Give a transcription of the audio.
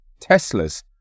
Teslas